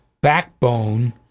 backbone